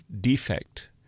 defect